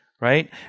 right